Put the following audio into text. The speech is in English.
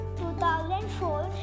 2004